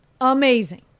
Amazing